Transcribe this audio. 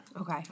okay